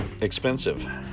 expensive